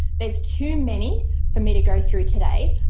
there's too many for me to go through today,